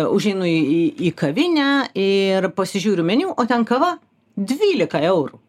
užeinu į į į kavinę ir pasižiūriu meniu o ten kava dvylika eurų